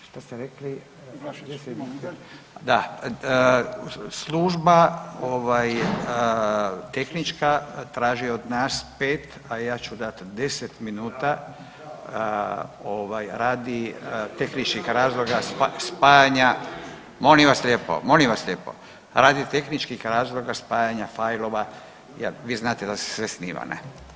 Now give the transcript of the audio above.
Šta ste rekli? … [[Upadica se ne razumije]] Da, služba ovaj tehnička traži od nas 5, a ja ću dat 10 minuta ovaj radi tehničkih razloga spajanja, molim vas lijepo, molim vas lijepo, radi tehničkih razloga spajanja fajlova, vi znate da se sve snima ne.